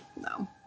No